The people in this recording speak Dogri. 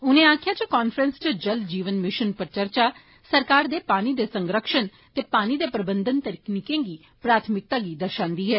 उनें आक्खेया जे कांफ्रैंस इच जल जीवन मिषन पर चर्चा सरकार दे पानी दे संरक्षण ते पानी दे प्रबंधन तकनीकें गी प्राथमिकता गी दर्षादी ऐ